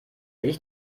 ich